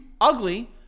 ugly